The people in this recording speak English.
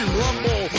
rumble